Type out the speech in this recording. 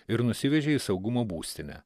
ir nusivežė į saugumo būstinę